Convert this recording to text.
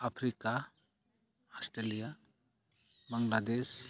Africa Australia Bangladesh